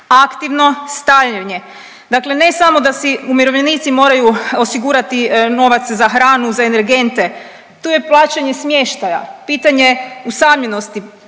Aktivno starenje, dakle ne samo da si umirovljenici moraju osigurati novac za hranu, za energente, tu je plaćanje smještaja, pitanje usamljenosti,